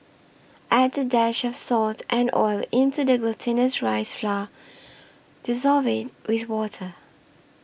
add a dash of salt and oil into the glutinous rice flour dissolve it with water